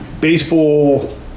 baseball